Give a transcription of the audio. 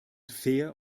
fair